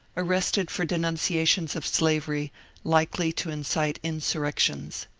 arrested for denunciations of slavery likely to incite insurrections.